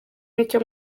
n’icyo